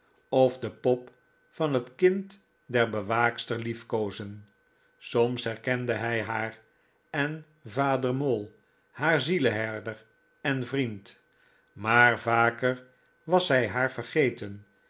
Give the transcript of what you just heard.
of de pop van het kind der bewaakster liefkoozen soms herkende hij haar en vader mole haar zieleherder en vriend maar vaker was hij haar vergeten